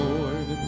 Lord